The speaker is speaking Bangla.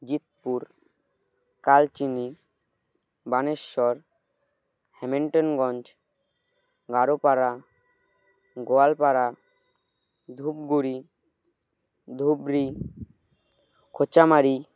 জিতপুর কালচিনি বানেশ্বর হ্যমিলটনগঞ্জ গারোপড়া গোয়ালপাড়া ধুপগুড়ি ধুবরী খোঁচামারি